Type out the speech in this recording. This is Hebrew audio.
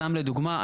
סתם לדוגמה,